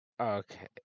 Okay